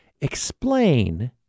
Explain